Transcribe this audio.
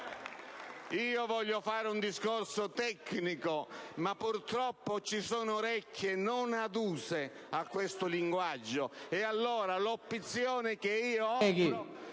Voglio fare un discorso tecnico, ma purtroppo ci sono orecchie non aduse a questo linguaggio, e allora l'opzione che offro